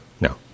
no